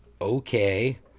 okay